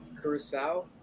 Curacao